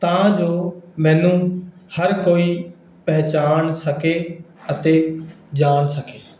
ਤਾਂ ਜੋ ਮੈਨੂੰ ਹਰ ਕੋਈ ਪਹਿਚਾਣ ਸਕੇ ਅਤੇ ਜਾਣ ਸਕੇ